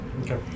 Okay